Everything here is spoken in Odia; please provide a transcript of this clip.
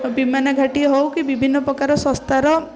ବିମାନ ଘାଟି ହେଉ କି ବିଭିନ୍ନ ପ୍ରକାର ସଂସ୍ଥାର